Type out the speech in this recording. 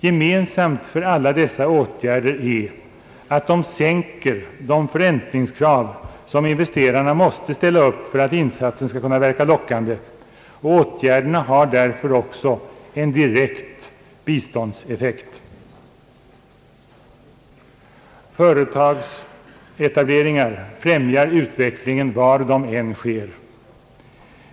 Gemensamt för alla dessa åtgärder är att de sänker de förräntningskrav som investerarna måste ställa upp för att insatserna skall kunna verka lockande. Åtgärderna har därför också en direkt biståndseffekt. Företagsetableringar främjar utvecklingen var de än sker.